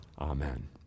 Amen